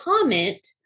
comment